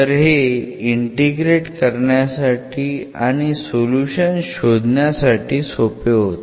तर हे इंटिग्रेट करण्यासाठी आणि सोल्युशन शोधण्यासाठी सोपे होते